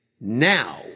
Now